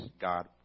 God